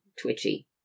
twitchy